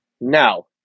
Now